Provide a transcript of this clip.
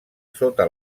sota